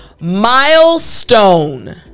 milestone